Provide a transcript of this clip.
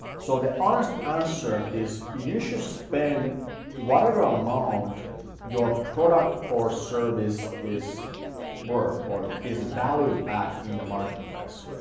so the honest answer is you should spend whatever amount your product or service is worth or is valued at in the marketplace.